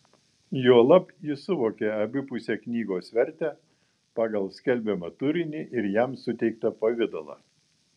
juolab jis suvokė abipusę knygos vertę pagal skelbiamą turinį ir jam suteiktą pavidalą